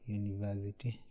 university